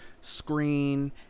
screen